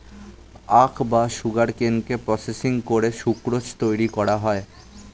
আখ বা সুগারকেনকে প্রসেসিং করে সুক্রোজ তৈরি করা হয়